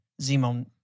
Zemo